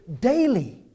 daily